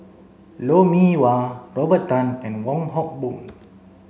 Lou Mee Wah Robert Tan and Wong Hock Boon